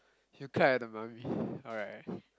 you cried at the mummy alright